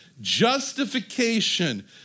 justification